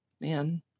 Man